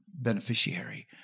beneficiary